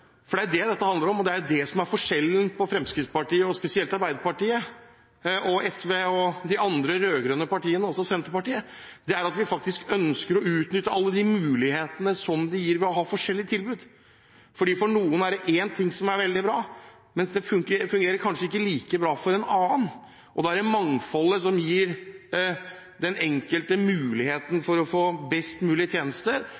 det dette handler om, og det er forskjellen mellom Fremskrittspartiet og spesielt Arbeiderpartiet og de andre rød-grønne partiene, SV og Senterpartiet: at vi ønsker å utnytte alle de mulighetene det gir å ha forskjellige tilbud. For noen er det én ting som er veldig bra, men det fungerer kanskje ikke like bra for en annen. Mangfoldet gir den enkelte muligheten til å få best mulig tjenester, og det er